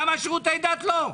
למה שירותי דת לא?